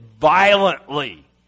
violently